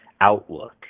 outlook